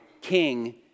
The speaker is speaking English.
King